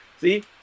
See